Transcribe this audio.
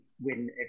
win